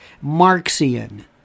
Marxian